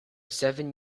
seven